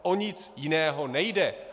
O nic jiného nejde.